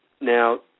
Now